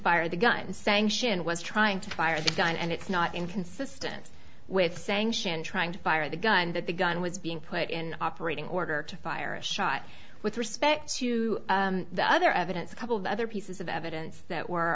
fire the gun sanction was trying to fire the gun and it's not inconsistent with sanction trying to fire the gun that the gun was being put in operating order to fire a shot with respect to the other evidence a couple of other pieces of evidence that were